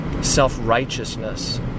Self-righteousness